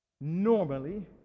normally